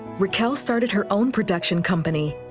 rattelle started her own production company.